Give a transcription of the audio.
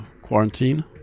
quarantine